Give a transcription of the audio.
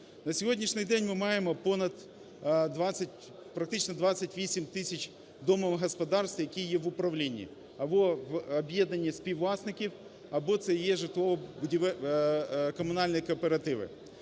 На сьогоднішній день ми маємо понад 20, практично 28 тисяч домогосподарств, які є в управлінні або в об'єднанні співвласників, або це є житлово-комунальні кооперативи.